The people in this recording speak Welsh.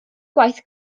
gwaith